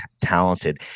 talented